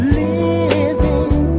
living